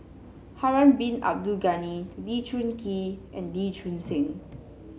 Harun Bin Abdul Ghani Lee Choon Kee and Lee Choon Seng